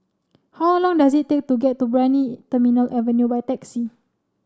how long does it take to get to Brani Terminal Avenue by taxi